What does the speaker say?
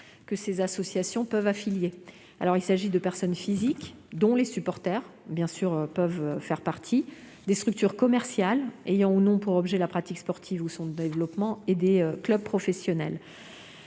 que ces associations peuvent affilier. Il s'agit de personnes physiques- les supporters peuvent évidemment en faire partie -, de structures commerciales ayant ou non pour objet la pratique sportive ou son développement, et des clubs professionnels.